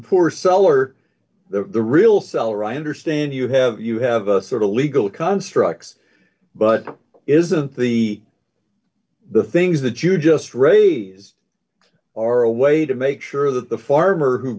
poor seller the real seller i understand you have you have a sort of legal constructs but isn't the the things that you just raised or a way to make sure that the farmer who